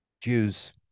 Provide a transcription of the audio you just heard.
Jews